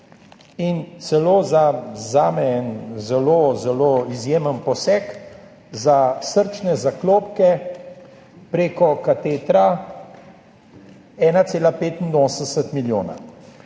in celo za zame en zelo zelo izjemen poseg, za srčne zaklopke prek katetra, 1,85 milijona.